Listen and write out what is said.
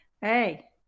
Hey